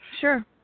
Sure